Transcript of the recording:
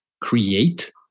create